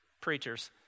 preachers